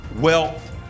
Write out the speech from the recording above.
wealth